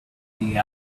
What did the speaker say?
the